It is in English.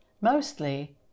mostly